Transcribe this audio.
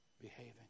behaving